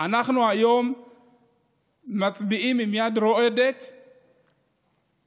אנחנו היום מצביעים עם יד רועדת על